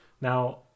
Now